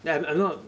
they have a lot of